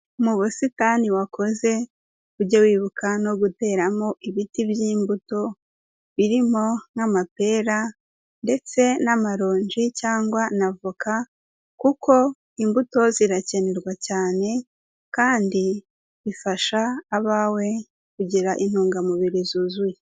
Mu busitani wakoze ujye wibuka no guteramo ibiti by'imbuto birimo nk'amapera ndetse n'amaronji cyangwa na voka kuko imbuto zirakenerwa cyane kandi bifasha abawe kugira intungamubiri zuzuye.